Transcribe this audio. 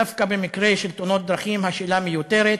דווקא במקרה של תאונות הדרכים, השאלה מיותרת,